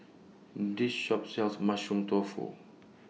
This Shop sells Mushroom Tofu